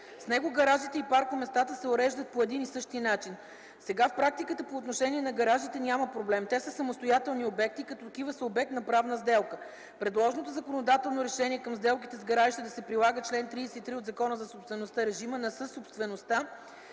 С него гаражите и паркоместата се уреждат по един и същи начин. Сега в практиката по отношение на гаражите няма проблем. Те са самостоятелни обекти и като такива са обект на правна сделка. В предложеното законодателно решение към сделките с гаражите да се прилага чл. 33 от Закона за собствеността – режимът на съсобствеността,